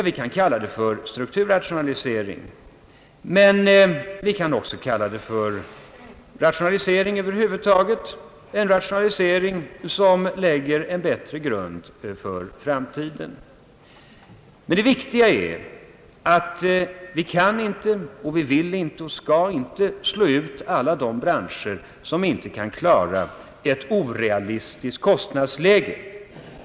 Vi kan kalla det för strukturrationalisering, men vi kan också kalla det för rationalisering över huvud taget, en rationalisering som lägger en bättre grund för framtiden. Men det viktiga är att vi kan inte, vi vill inte och vi skall inte slå ut alla de branscher, som inte kan klara ett orealistiskt kostnadsläge.